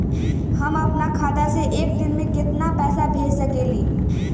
हम अपना खाता से एक दिन में केतना पैसा भेज सकेली?